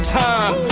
time